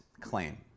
claim